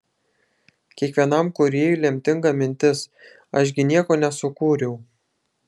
kiekvienam kūrėjui lemtinga mintis aš gi nieko nesukūriau